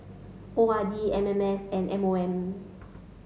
O R D M M S and M O M